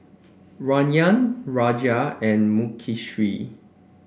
Rajan Raja and Mukesh